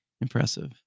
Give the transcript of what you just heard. impressive